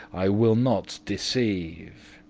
i will not deceive.